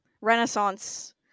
renaissance